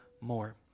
more